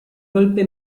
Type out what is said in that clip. golpe